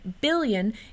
billion